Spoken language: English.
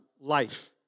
life